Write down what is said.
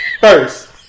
first